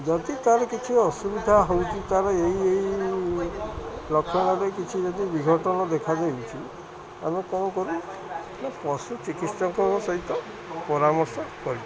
ଯଦି ତା'ର କିଛି ଅସୁବିଧା ହଉଚି ତା'ର ଏଇ ଏଇ ଲକ୍ଷଣରେ କିଛି ଯଦି ବିଘଟନ ଦେଖାଦେଉଛି ଆମେ କ'ଣ କରୁ ପଶୁ ଚିକିତ୍ସକଙ୍କ ସହିତ ପରାମର୍ଶ କରି